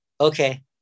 okay